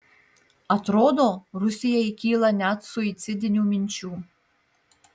atrodo rusijai kyla net suicidinių minčių